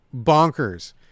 bonkers